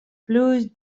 pluis